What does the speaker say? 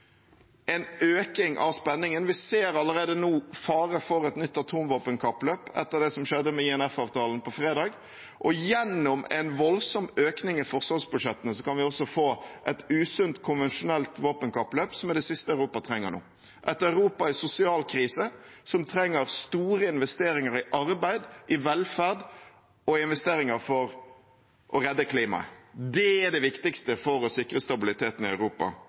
en økning av spenningen. Vi ser allerede nå faren for et nytt atomvåpenkappløp etter det som skjedde med INF-avtalen på fredag. Gjennom en voldsom økning i forsvarsbudsjettene kan vi også få et usunt konvensjonelt våpenkappløp, som er det siste Europa trenger nå – et Europa i sosial krise, som trenger store investeringer i arbeid, i velferd og for å redde klimaet. Det er det viktigste for å sikre stabiliteten i Europa